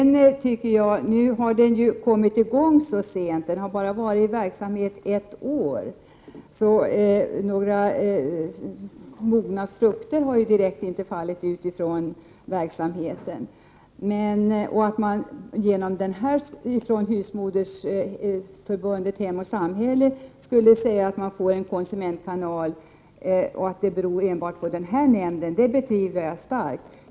Nämnden har kommit i gång så pass sent. Den har bara varit i verksamhet ett år. Några mogna frukter har ju inte direkt fallit ut av verksamheten. Att man ifrån Husmodersförbundet Hem och Samhälle skulle säga att man får en konsumentkanal och att det enbart beror på denna nämnd, betvivlar jag starkt.